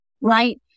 right